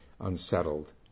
unsettled